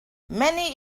many